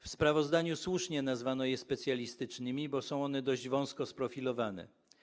W sprawozdaniu słusznie nazwano te szkolenia specjalistycznymi, bo są one dość wąsko sprofilowane.